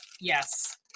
yes